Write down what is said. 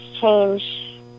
change